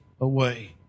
away